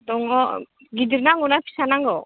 दङ गिदिर नांगौ ना फिसा नांगौ